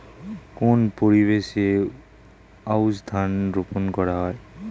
কোন পরিবেশে আউশ ধান রোপন করা হয়?